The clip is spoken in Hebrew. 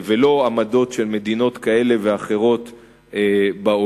ולא עמדות של מדינות כאלה ואחרות בעולם.